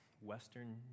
western